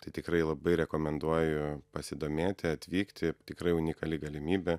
tai tikrai labai rekomenduoju pasidomėti atvykti tikrai unikali galimybė